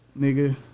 nigga